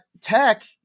Tech